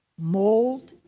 mold,